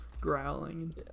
growling